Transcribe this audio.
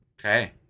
Okay